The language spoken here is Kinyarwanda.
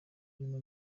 urimo